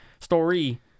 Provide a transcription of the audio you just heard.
Story